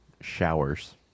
Showers